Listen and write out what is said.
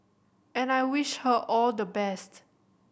and I wish her all the best